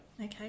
Okay